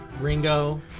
Ringo